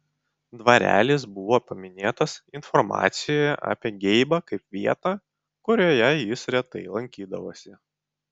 dvarelis buvo paminėtas informacijoje apie geibą kaip vieta kurioje jis retai lankydavosi